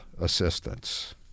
assistance